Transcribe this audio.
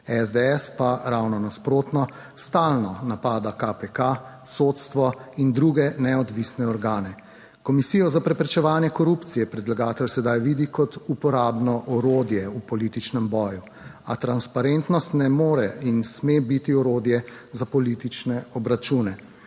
SDS pa ravno nasprotno, stalno napada KPK, sodstvo in druge neodvisne organe. Komisijo za preprečevanje korupcije predlagatelj sedaj vidi kot uporabno orodje v političnem boju, a transparentnost ne more in sme biti orodje za politične obračune.